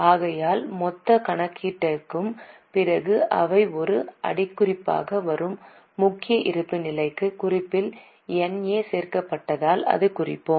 ஆகையால் மொத்த கணக்கீட்டிற்குப் பிறகு அவை ஒரு அடிக்குறிப்பாக வரும் முக்கிய இருப்புநிலை க் குறிப்பில் என்ஏ சேர்க்கப்படாததால் அதைக் குறிப்போம்